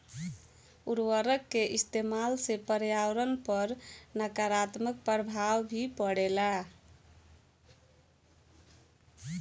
उर्वरक के इस्तमाल से पर्यावरण पर नकारात्मक प्रभाव भी पड़ेला